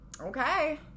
okay